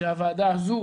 שהוועדה הזו